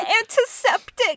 antiseptic